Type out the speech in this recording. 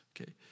okay